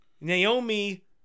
Naomi